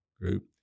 group